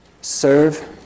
Serve